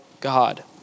God